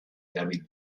erabil